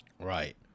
right